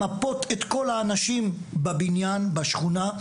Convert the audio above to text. למפות את כל האנשים בבניין ובשכונה,